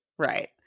Right